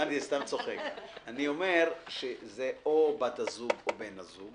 זה או בת הזוג או בן הזוג